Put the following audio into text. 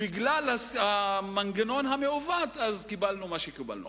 בגלל המנגנון המעוות, קיבלנו מה שקיבלנו.